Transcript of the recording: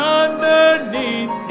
underneath